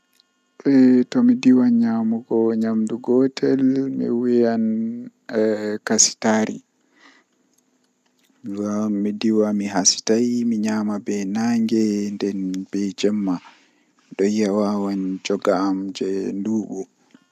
Mi heban babal on jei wawata jogugo dereji man nden mi tabbitini babal man jogan dereji man sei mi tokka hoosugo gootel be gootel midon geeredi mi fuddiran be teddudi haa less nden teddaaka manbo misiga dum haa dow.